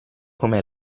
come